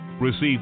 Receive